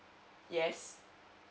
yes